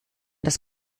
das